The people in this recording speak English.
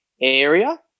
area